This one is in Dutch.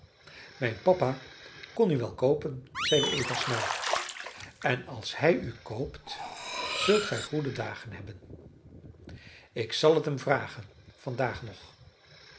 mijn papa kon u wel koopen zeide eva snel en als hij u koopt zult gij goede dagen hebben ik zal het hem vragen vandaag nog